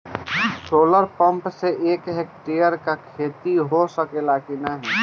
Solar pump से एक hectare क खेती हो सकेला की नाहीं?